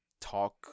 talk